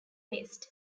faced